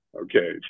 Okay